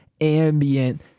ambient